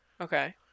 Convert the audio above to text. Okay